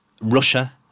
russia